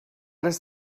does